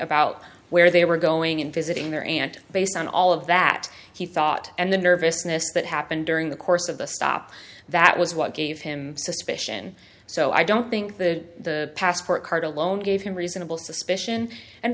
about where they were going and visiting their aunt based on all of that he thought and the nervousness that happened during the course of the stop that was what gave him suspicion so i don't think the passport card alone gave him reasonable suspicion and